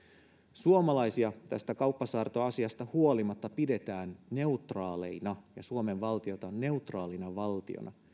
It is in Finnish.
suomalaisia tästä kauppasaartoasiasta huolimatta pidetään neutraaleina ja suomen valtiota neutraalina valtiona